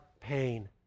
pain